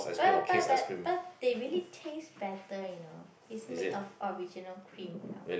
but but but but they really taste better you know it's made of original cream you know